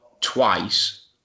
twice